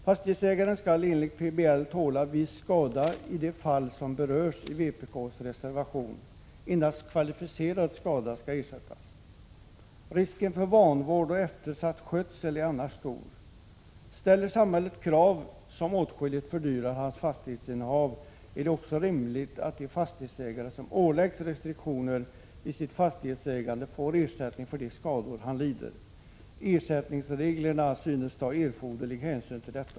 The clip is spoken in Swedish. Fastighetsägaren skall enligt PBL tåla viss skada i de fall som berörs i vpk:s reservation. Endast kvalificerad skada ersätts. Risken för vanvård och eftersatt skötsel är annars stor. Ställer samhället krav som åtskilligt fördyrar hans fastighetsinnehav är det också rimligt att den fastighetsägare som åläggs restriktioner i sitt fastighetsägande får ersättning för de skador han lider. Ersättningsreglerna synes ta erforderlig hänsyn.